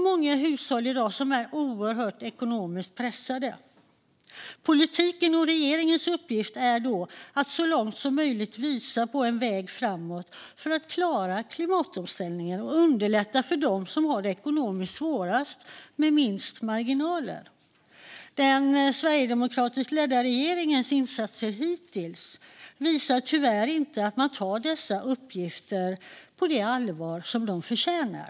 Många hushåll är i dag oerhört ekonomiskt pressade. Politikens och regeringens uppgift är då att så långt som möjligt visa på en väg framåt för att vi ska klara klimatomställningen och underlätta för dem som har det ekonomiskt svårast och har minst marginaler. Den sverigedemokratiskt ledda regeringens insatser hittills visar tyvärr inte att man tar dessa uppgifter på det allvar de förtjänar.